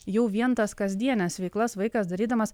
jau vien tas kasdienes veiklas vaikas darydamas